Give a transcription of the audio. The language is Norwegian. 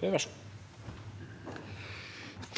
(H)